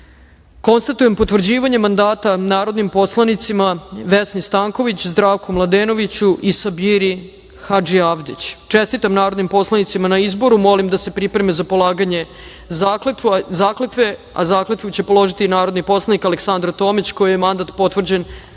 konstatujem potvrđivanje mandata narodnim poslanicima Vesni Stanković, Zdravku Mladenoviću i Sabiri Hadžiavdić. Čestitam narodnim poslanicima na izboru i molim da se pripreme za polaganje zakletve. Zakletvu će položiti i narodni poslanik Aleksandra Tomić, kojoj je mandat potvrđen